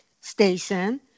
station